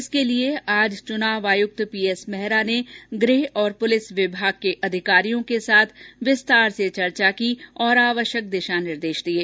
इसके लिये आज चुनाव आयुक्त पीएस मेहरा ने गृह और पुलिस विभाग के अधिकारियों के साथ विस्तार की और आवश्यक दिशा निर्देश दिये